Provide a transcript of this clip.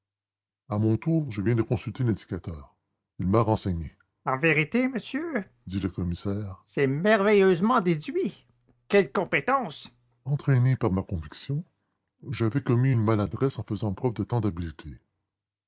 à mon tour je viens de consulter l'indicateur il m'a renseigné en vérité monsieur dit le commissaire c'est merveilleusement déduit quelle compétence entraîné par ma conviction j'avais commis une maladresse en faisant preuve de tant d'habileté